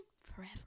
forever